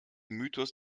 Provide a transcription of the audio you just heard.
mythos